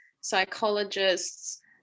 psychologists